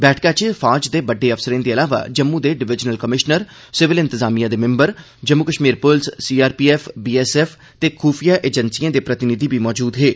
बैठका च फौज दे बड्डे अफसरें दे इलावा जम्मू दे डिवीजनल कमीश्नर सिविल इंतजामिया दे मिम्बर जम्मू कश्मीर पुलस सीआरपीएफ बीएसएफ ते खूफिया एजेंसिए दे प्रतिनिधि बी मजूद हे